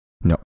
No